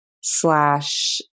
slash